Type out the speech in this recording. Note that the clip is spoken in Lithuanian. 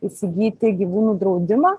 įsigyti gyvūnų draudimą